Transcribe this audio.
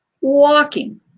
walking